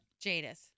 Jadis